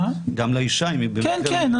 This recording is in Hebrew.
כן, כן.